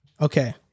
Okay